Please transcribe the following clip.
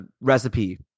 recipe